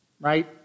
right